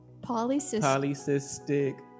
polycystic